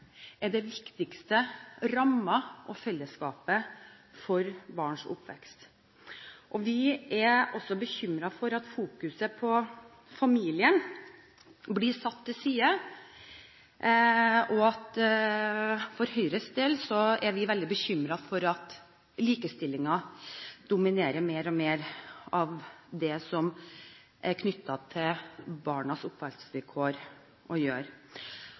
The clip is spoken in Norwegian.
er den viktigste rammen – og fellesskapet – rundt barns oppvekst. Vi er også bekymret for at fokuset på familien blir satt til side, og for Høyres del er vi veldig bekymret for at likestillingen dominerer mer og mer av det som er knyttet til